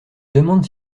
demande